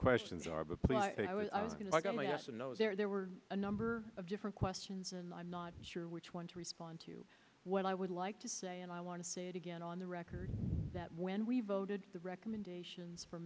questions are but you know i got my question no there were a number of different questions and i'm not sure which one to respond to what i would like to say and i want to say it again on the record that when we voted the recommendations from